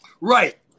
Right